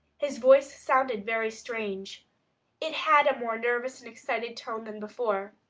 his voice sounded very strange it had a more nervous and excited tone than before.